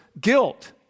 guilt